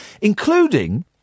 including